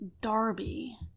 Darby